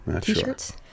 t-shirts